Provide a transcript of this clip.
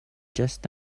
just